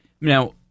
Now